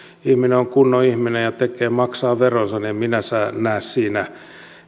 ihminen on kunnon ihminen ja maksaa veronsa en minä näe siinä